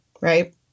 right